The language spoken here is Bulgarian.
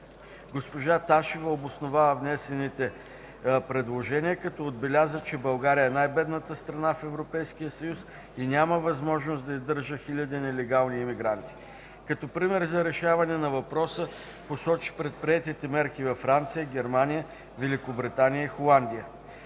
Госпожа Ташева обоснова внесените предложения, като отбеляза, че България е най-бедната страна в Европейския съюз и няма възможност да издържа хиляди нелегални имигранти. Като пример за решаване на въпроса посочи предприетите мерки във Франция, Германия, Великобритания и Холандия.